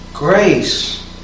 grace